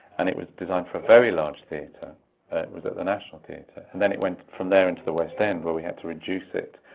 and it was designed for a very large theatre. it was at the national theatre. and then it went from there into the west end where we had to reduce it.